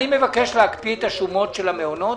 אני מבקש להקפיא את השומות של המעונות